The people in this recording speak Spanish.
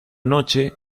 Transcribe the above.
noche